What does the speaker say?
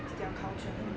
is their culture um